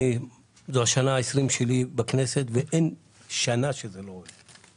זו השנה ה-20 שלי בכנסת, ואין שנה שזה לא עולה.